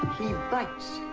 he bites.